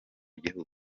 gihugu